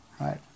Right